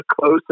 close